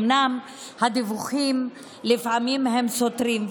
אומנם הדיווחים הם לפעמים סותרים,